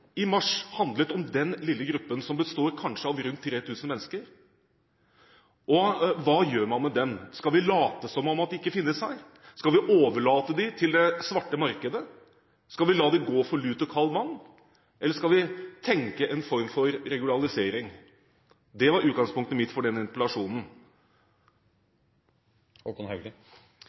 i mars handlet om den lille gruppen som kanskje består av 3 000 mennesker. Hva gjør man med dem? Skal vi late som om de ikke finnes her? Skal vi overlate dem til det svarte markedet? Skal vi la dem gå for lut og kaldt vann, eller skal vi tenke en form for regularisering? Det var utgangspunktet mitt for den interpellasjonen.